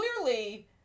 clearly